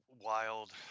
wild